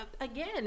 again